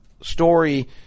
story